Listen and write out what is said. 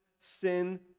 sin